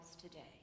today